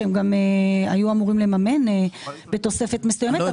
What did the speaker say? והם גם היו אמורים לממן בתוספת מסוימת.